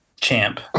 champ